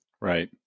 Right